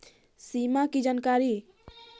सिमा कि जानकारी?